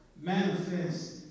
manifest